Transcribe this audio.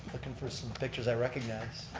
looking for some pictures i recognize.